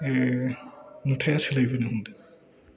नुथाया सोलायबोनो हमदों